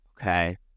Okay